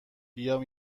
بیام